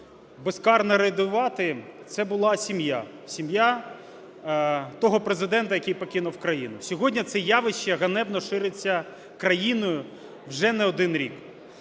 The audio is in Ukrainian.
безкарно рейдувати, це була сім'я, сім'я того Президента, який покинув країну. Сьогодні це явище ганебно шириться країною вже не один рік.